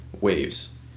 waves